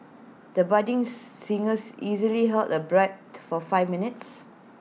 the budding singers easily held the breath for five minutes